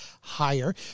higher